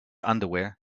underwear